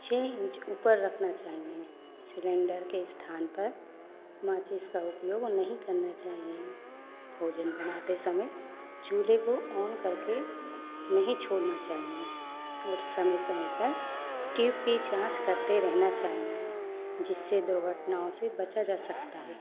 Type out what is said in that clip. छः इंच ऊपर रखना चाहिए सिलेंडर के स्थान पर माचिस का उपयोग नहीं करना चाहिए भोजन बनाते समय चूल्हे को ऑन करके नहीं छोड़ना चाहिए और समय समय पर ट्यूब की जाँच करते रहना चाहिए जिससे दुर्घटनाओं से बचा जा सकता है